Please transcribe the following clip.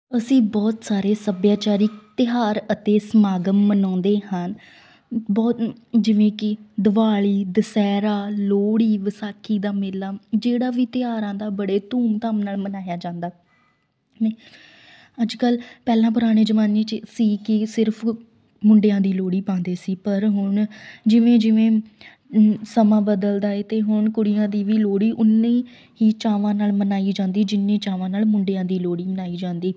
ਅਸੀਂ ਬਹੁਤ ਸਾਰੇ ਸੱਭਿਆਚਾਰੀ ਤਿਉਹਾਰ ਅਤੇ ਸਮਾਗਮ ਮਨਾਉਂਦੇ ਹਨ ਬਹੁਤ ਜਿਵੇਂ ਕਿ ਦਿਵਾਲੀ ਦੁਸ਼ਹਿਰਾ ਲੋਹੜੀ ਵਿਸਾਖੀ ਦਾ ਮੇਲਾ ਜਿਹੜਾ ਵੀ ਤਿਉਹਾਰ ਆਉਂਦਾ ਬੜੇ ਧੂਮ ਧਾਮ ਨਾਲ ਮਨਾਇਆ ਜਾਂਦਾ ਨਹੀਂ ਅੱਜ ਕੱਲ ਪਹਿਲਾਂ ਪੁਰਾਣੇ ਜ਼ਮਾਨੇ 'ਚ ਸੀ ਕਿ ਸਿਰਫ ਮੁੰਡਿਆਂ ਦੀ ਲੋਹੜੀ ਪਾਉਂਦੇ ਸੀ ਪਰ ਹੁਣ ਜਿਵੇਂ ਜਿਵੇਂ ਸਮਾਂ ਬਦਲਦਾ ਏ ਅਤੇ ਹੁਣ ਕੁੜੀਆਂ ਦੀ ਵੀ ਲੋਹੜੀ ਓਨੇ ਹੀ ਚਾਵਾਂ ਨਾਲ ਮਨਾਈ ਜਾਂਦੀ ਜਿੰਨੀ ਚਾਵਾਂ ਨਾਲ ਮੁੰਡਿਆਂ ਦੀ ਲੋੜੀ ਮਨਾਈ ਜਾਂਦੀ